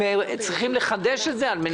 צריכים לחדש את זה כדי